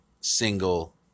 single